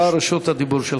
כל הניסיונות של